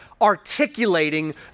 articulating